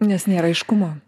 nes nėra aiškumo